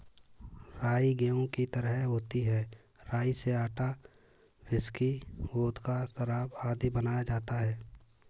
राई गेहूं की तरह होती है राई से आटा, व्हिस्की, वोडका, शराब आदि बनाया जाता है